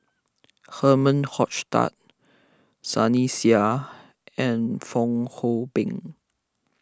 Herman Hochstadt Sunny Sia and Fong Hoe Beng